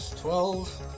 twelve